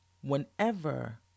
Whenever